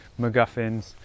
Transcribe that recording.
MacGuffins